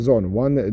One